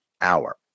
hour